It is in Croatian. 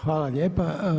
Hvala lijepa.